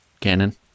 Cannon